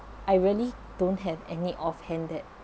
I really don't have any off hand that